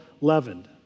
leavened